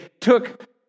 took